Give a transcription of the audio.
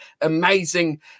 amazing